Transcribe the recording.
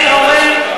אז